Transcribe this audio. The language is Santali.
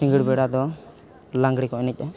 ᱥᱤᱸᱜᱟᱲ ᱵᱮᱲᱟᱫᱚ ᱞᱟᱜᱽᱬᱮᱠᱚ ᱮᱱᱮᱡᱼᱟ